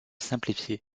simplifiée